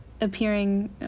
appearing